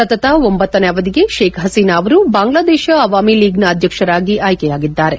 ಸತತ ಒಂಬತ್ತನೇ ಅವಧಿಗೆ ಶೇಖ್ ಹಸೀನಾ ಅವರು ಬಾಂಗ್ಲಾದೇಶ ಅವಾಮಿ ಲೀಗ್ನ ಅಧ್ಯಕ್ಷರಾಗಿ ಆಯ್ಕೆಯಾಗಿದ್ದಾರೆ